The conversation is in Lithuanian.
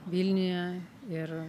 vilniuje ir